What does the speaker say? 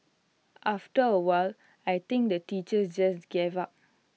after A while I think the teachers just gave up